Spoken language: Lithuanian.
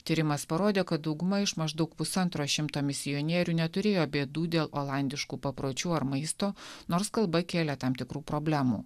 tyrimas parodė kad dauguma iš maždaug pusantro šimto misionierių neturėjo bėdų dėl olandiškų papročių ar maisto nors kalba kėlė tam tikrų problemų